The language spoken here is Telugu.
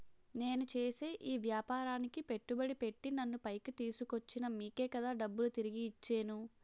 నేను చేసే ఈ వ్యాపారానికి పెట్టుబడి పెట్టి నన్ను పైకి తీసుకొచ్చిన మీకే కదా డబ్బులు తిరిగి ఇచ్చేను